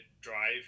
drive